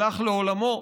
הלך לעולמו,